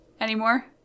Anymore